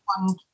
one